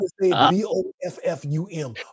B-O-F-F-U-M